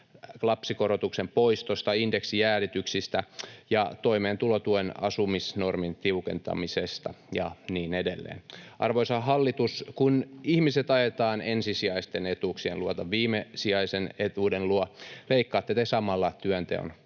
lapsikorotuksen poistosta, indeksijäädytyksistä ja toimeentulotuen asumisnormin tiukentamisesta ja niin edelleen. Arvoisa hallitus, kun ihmiset ajetaan ensisijaisten etuuksien luota viimesijaisen etuuden luo, leikkaatte te samalla työnteon